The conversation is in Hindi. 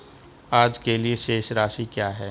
आज के लिए शेष राशि क्या है?